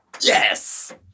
Yes